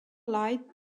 light